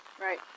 Right